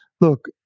look